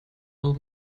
will